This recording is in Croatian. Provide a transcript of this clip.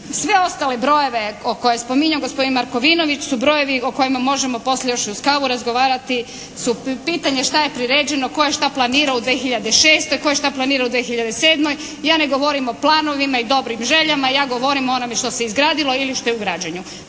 Sve ostale brojeve koje je spominjao gospodin Markovinović su brojevi o kojima možemo poslije još uz kavu razgovarati su pitanje što je priređeno, tko je što planirao u 2006., tko je što planirao u 2007. Ja ne govorim o planovima i dobrim željama. Ja govorim o onome što se izgradilo ili što je u građenju.